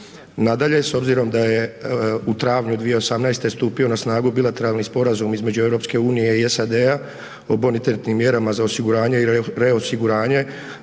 Nadalje, s obzirom da je u travnju 2018. stupio na snagu Bilateralni sporazum između EU-e i SAD-a o bonitetnim mjerama za osiguranje i reosiguranje,